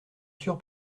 sûr